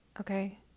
okay